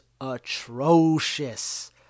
atrocious